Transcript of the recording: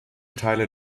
teile